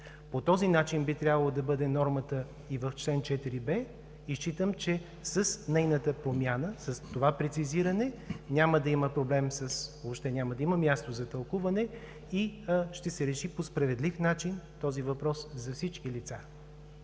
По този начин би трябвало да бъде нормата и в чл. 4б и считам, че с нейната промяна, с това прецизиране, няма да има проблем, въобще няма да има място за тълкуване и ще се реши по справедлив начин този въпрос за всички лица.